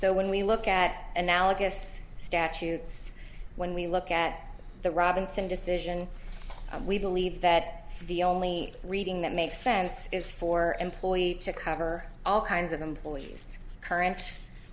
so when we look at analogous statutes when we look at the robinson decision we believe that the only reading that makes sense is for employers to cover all kinds of employees current